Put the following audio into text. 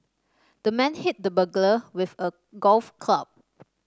the man hit the burglar with a golf club